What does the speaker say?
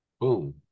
Boom